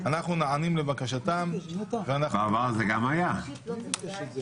ועדת מיזמי תשתיות לאומיים מיוחדים ושירותי דת יהודיים,